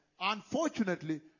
Unfortunately